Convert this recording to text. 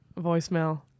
voicemail